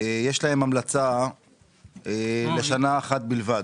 יש להם המלצה לשנה אחת בלבד